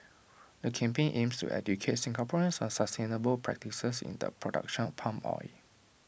the campaign aims to educate Singaporeans on sustainable practices in the production of palm oil